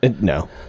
No